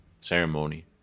ceremony